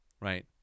right